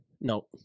no